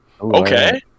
Okay